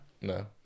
No